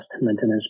maintenance